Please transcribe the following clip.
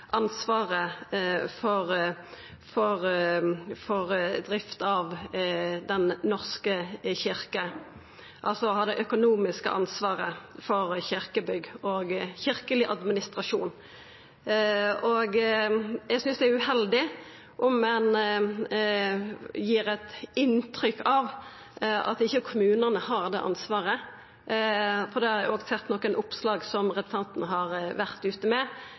ansvaret for drift av Den norske kyrkja, altså har det økonomiske ansvaret for kyrkjebygg og kyrkjeleg administrasjon. Eg synest det er uheldig om ein gir eit inntrykk av at ikkje kommunane har det ansvaret. Eg har sett nokre oppslag som representanten har vore ute med.